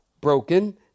broken